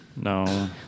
No